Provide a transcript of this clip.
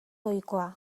ohikoa